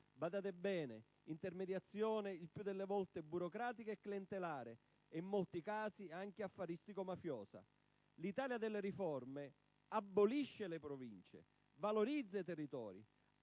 volte, di intermediazione burocratica e clientelare, e in molti casi anche affaristico-mafiosa. L'Italia delle riforme abolisce le Province, valorizza i territori,